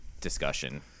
discussion